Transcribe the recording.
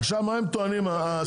עכשיו מה הם טוענים הספקים?